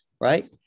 right